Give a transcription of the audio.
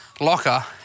locker